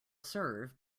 serve